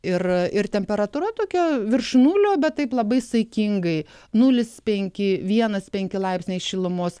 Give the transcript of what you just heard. ir ir temperatūra tokia virš nulio bet taip labai saikingai nulis penki vienas penki laipsniai šilumos